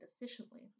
efficiently